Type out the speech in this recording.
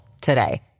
today